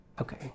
Okay